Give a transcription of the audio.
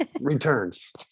returns